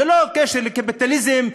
ללא קשר לקפיטליזם,